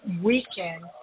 weekend